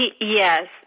Yes